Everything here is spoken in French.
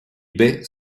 baies